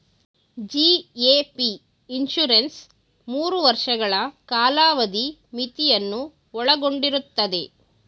GAP insurance ಮೂರು ವರ್ಷಗಳ ಕಾಲಾವಧಿ ಮಿತಿಯನ್ನು ಒಳಗೊಂಡಿರುತ್ತದೆ